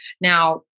Now